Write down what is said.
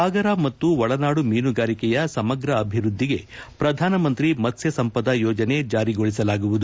ಸಾಗರ ಮತ್ತು ಒಳನಾಡು ಮೀನುಗಾರಿಕೆಯ ಸಮಗ್ರ ಅಭಿವೃದ್ದಿಗೆ ಪ್ರಧಾನಮಂತ್ರಿ ಮತ್ನ್ವ ಸಂಪದ ಯೋಜನೆ ಜಾರಿಗೊಳಿಸಲಾಗುವುದು